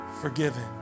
forgiven